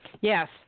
Yes